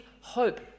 hope